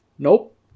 Nope